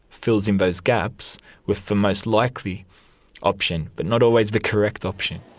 fills in those gaps with the most likely option, but not always the correct option.